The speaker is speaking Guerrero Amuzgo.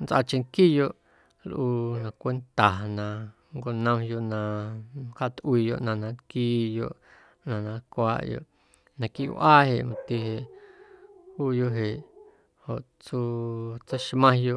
Nntsꞌaacheⁿnquiiyoꞌ na cwenta na nnconomyoꞌ na nncjaatꞌuiiyoꞌ ꞌnaⁿ na nlquiiyoꞌ ꞌnaⁿ na nlcwaꞌyoꞌ naquiiꞌ wꞌaa jeꞌ mati jeꞌ juuyoꞌ jeꞌ joꞌ tsuu tseixmaⁿyo